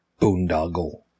boondoggle